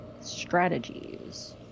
strategies